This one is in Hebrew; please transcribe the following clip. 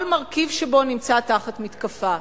כל מרכיב שבו נמצא תחת מתקפה: